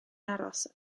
aros